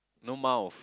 no mouth